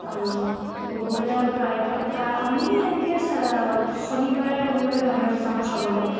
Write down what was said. আৰু ক'ব গ'লে প্ৰায়ভাগ প্ৰায় আমি এনেকৈ শনিবাৰে শনিবাৰে বাহিৰত যাওঁ খাবলৈ